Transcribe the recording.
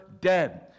dead